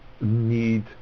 need